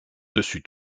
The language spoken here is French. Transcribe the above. dessus